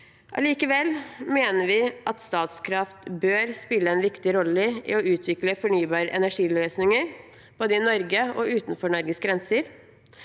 Allikevel mener vi at Statkraft bør spille en viktig rolle i å utvikle fornybare energiløsninger, både i Norge og utenfor Norges grenser.